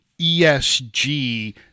ESG